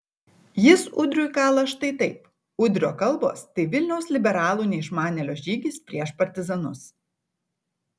jis udriui kala štai taip udrio kalbos tai vilniaus liberalų neišmanėlio žygis prieš partizanus